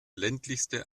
ländlichste